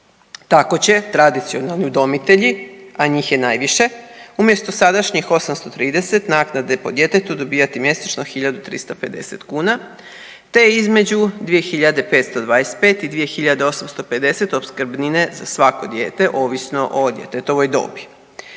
Tako će tradicionalni udomitelji, a njih je najviše, umjesto sadašnjih 830 naknade po djetetu dobivati mjesečno 1.350 kuna, te između 2.525 i 2.850 opskrbnine za svako dijete ovisno o djetetovoj dobi.